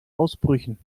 ausbrüchen